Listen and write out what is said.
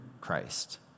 Christ